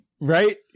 Right